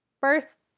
first